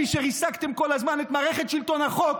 כפי שריסקתם כל הזמן את מערכת שלטון החוק,